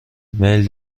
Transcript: میل